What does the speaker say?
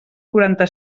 quaranta